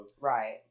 Right